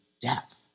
death